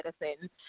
medicine